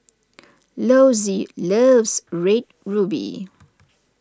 Lossie loves Red Ruby